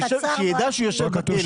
שישב, שידע הוא ישב בכלא.